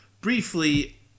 briefly